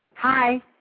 Hi